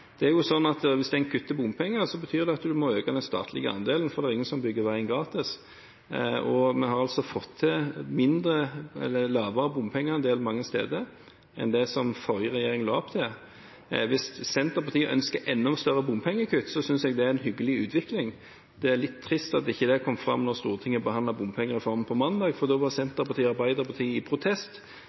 Det er jo slik at hvis en kutter bompenger, betyr det at en må øke den statlige andelen, for det er ingen som bygger veien gratis. Vi har mange steder fått til lavere bompengeandel enn det som den forrige regjeringen la opp til. Hvis Senterpartiet ønsker et enda større bompengekutt, synes jeg det er en hyggelig utvikling. Det er litt trist at det ikke kom fram da Stortinget behandlet bompengereformen mandag. Da protesterte Senterpartiet og Arbeiderpartiet